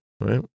right